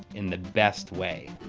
in the best way.